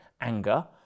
anger